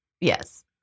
Yes